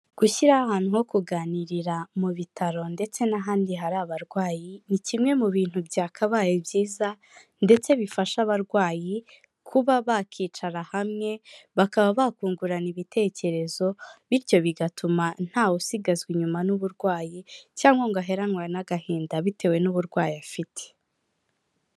Gushyiraho ahantu ho kuganirira mu bitaro ndetse n'ahandi hari abarwayi, ni kimwe mu bintu byakabaye byiza, ndetse bifasha abarwayi kuba bakicara hamwe bakaba bakungurana ibitekerezo, bityo bigatuma ntawe usigazwa inyuma n'uburwayi cyangwa ngo aheranwe n'agahinda bitewe n'uburwayi afite.